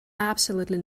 absolutely